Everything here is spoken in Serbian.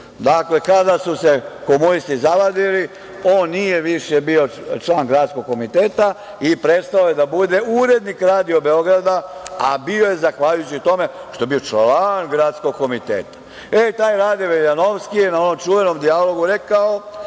kada su se komunisti zavadili, on nije više bio član gradskog komiteta i prestao je da bude urednik Radio Beograda, a bio je zahvaljujući tome što je bio član Gradskog komiteta.E, taj Rade Veljanovski je na onom čuvenom dijalogu rekao